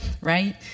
right